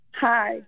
Hi